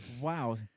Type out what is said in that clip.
Wow